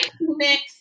mix